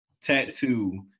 tattoo